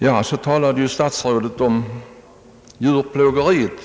Statsrådet talade också om djurplågeri.